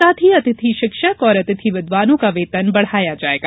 साथ ही अतिथि शिक्षक और अतिथि विद्वानों का वेतन बढ़ाया जाएगा